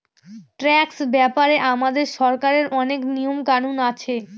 tax ব্যাপারে আমাদের সরকারের অনেক নিয়ম কানুন আছে